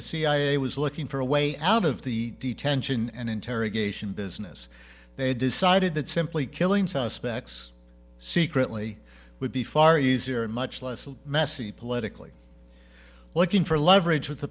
the cia was looking for a way out of the detention and interrogation business they decided that simply killing suspects secretly would be far easier and much less messy politically looking for leverage with